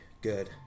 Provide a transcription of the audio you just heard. good